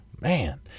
man